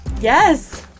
Yes